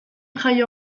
jaio